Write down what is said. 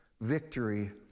Victory